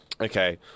Okay